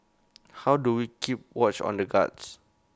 how do we keep watch on the guards